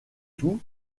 tout